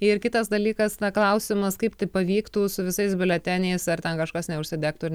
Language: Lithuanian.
ir kitas dalykas na klausimas kaip tai pavyktų su visais biuleteniais ar ten kažkas neužsidegtų ir